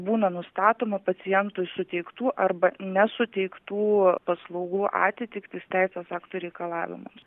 būna nustatoma pacientui suteiktų arba nesuteiktų paslaugų atitiktis teisės aktų reikalavimams